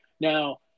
now